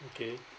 okay